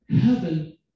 Heaven